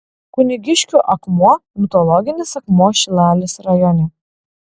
kunigiškių akmuo mitologinis akmuo šilalės rajone